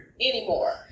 Anymore